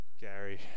Gary